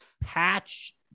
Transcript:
Patch